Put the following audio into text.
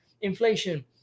Inflation